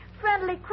friendly